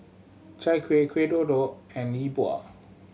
Chai Kuih Kuih Kodok and Yi Bua